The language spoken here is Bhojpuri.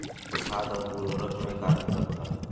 खाद्य आउर उर्वरक में का अंतर होला?